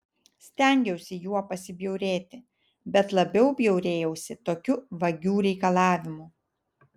stengiausi juo pasibjaurėti bet labiau bjaurėjausi tokiu vagių reikalavimu